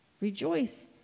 Rejoice